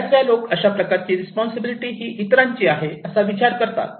बऱ्याच वेळा लोक अशा प्रकारची रिस्पॉन्सिबिलिटी ही इतरांची आहे असा विचार करतात